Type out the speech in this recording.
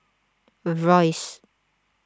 Royce